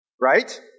Right